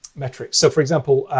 metrics. so for example,